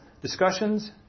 discussions